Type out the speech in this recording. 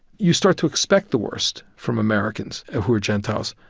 you start to expect the worst from americans who are gentiles.